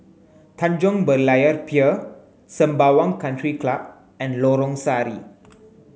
Tanjong Berlayer Pier Sembawang Country Club and Lorong Sari